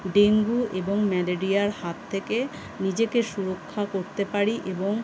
dengue এবং ম্যালেরিয়ার হাত থেকে নিজেকে সুরক্ষা করতে পারি এবং